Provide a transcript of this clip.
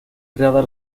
creada